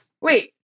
Wait